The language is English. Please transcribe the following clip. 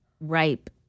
ripe